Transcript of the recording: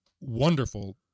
wonderful